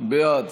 בעד